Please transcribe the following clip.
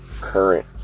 current